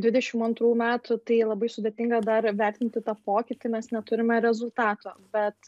dvidešim antrų metų tai labai sudėtinga dar vertinti tą pokytį mes neturime rezultato bet